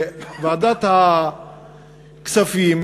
לוועדת הכספים,